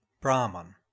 Brahman